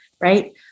right